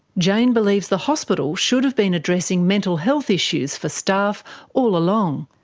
jane believes the hospital should have been addressing mental health issues for staff all along.